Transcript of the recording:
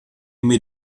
mir